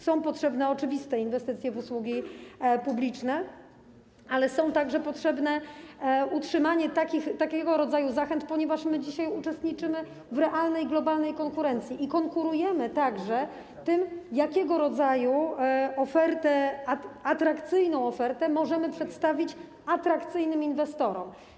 Są potrzebne oczywiste inwestycje w usługi publiczne, ale jest także potrzebne utrzymanie takiego rodzaju zachęt, ponieważ dzisiaj uczestniczymy w realnej, globalnej konkurencji i konkurujemy także tym, jakiego rodzaju ofertę, jak atrakcyjną ofertę, możemy przedstawić atrakcyjnym inwestorom.